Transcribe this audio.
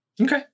Okay